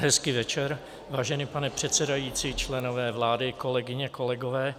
Hezký večer, vážený pane předsedající, členové vlády, kolegyně, kolegové.